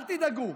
אל תדאגו,